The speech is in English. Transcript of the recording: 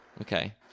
Okay